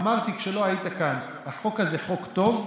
אמרתי כשלא היית כאן: החוק הזה חוק טוב.